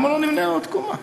למה לא נבנה עוד קומה?